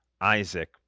Isaac